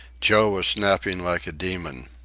joe was snapping like a demon.